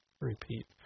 repeat